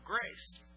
grace